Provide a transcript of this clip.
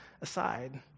aside